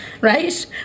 right